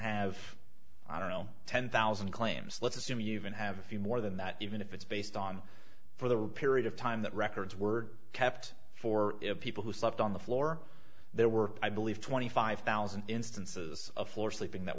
have ten thousand claims let's assume you even have a few more than that even if it's based on for the period of time that records were kept for people who slept on the floor there were i believe twenty five thousand instances of floor sleeping that